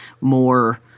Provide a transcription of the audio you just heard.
more